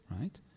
right